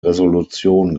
resolution